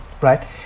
right